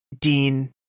Dean